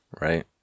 right